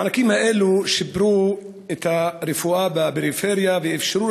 המענקים האלה שיפרו את הרפואה בפריפריה ואפשרו